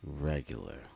regular